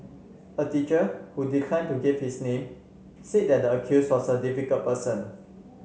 a teacher who declined to give his name said that the accused was a difficult person